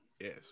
Yes